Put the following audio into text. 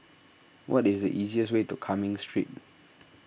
what is the easiest way to Cumming Street